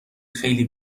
خیلی